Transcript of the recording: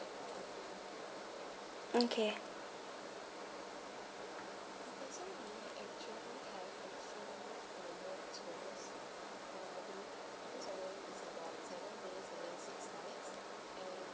okay